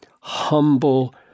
humble